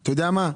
אתה יודע מה?